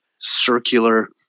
circular